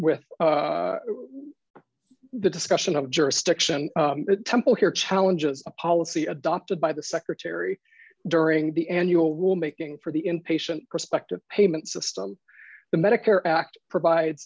with the discussion of jurisdiction that temple here challenges a policy adopted by the secretary during the annual rulemaking for the inpatient perspective payment system the medicare act provide